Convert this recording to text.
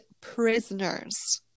prisoners